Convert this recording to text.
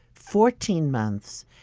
fourteen months.